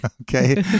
Okay